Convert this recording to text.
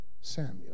Samuel